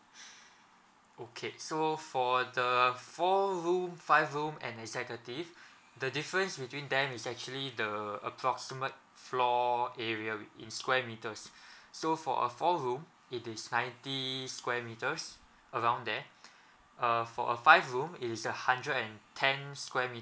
okay so for the four room five room and executive the difference between them is actually the approximate floor area in square meters so for a four room it is ninety square meters around there uh for a five room is a hundred and ten square meters